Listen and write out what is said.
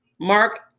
mark